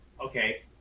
Okay